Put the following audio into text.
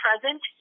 present